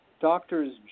doctors